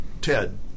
Ted